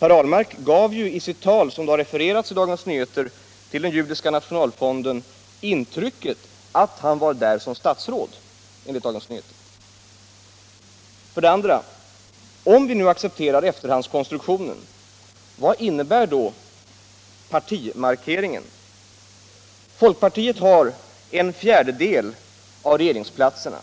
Herr Ahlmark gav ju i sitt tal, som har refererats i Dagens Nyheter, till den judiska nationalfonden intrycket att han var där som statsråd. För det andra: Om vi nu accepterar efterhandskonstruktionen, vad innebär då partimarkeringen? Folkpartiet har en fjärdedel av regeringsplatserna.